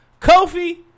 Kofi